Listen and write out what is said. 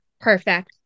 Perfect